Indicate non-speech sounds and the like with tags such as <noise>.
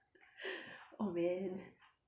<laughs> oh man